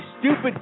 Stupid